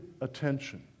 attention